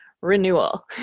renewal